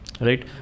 Right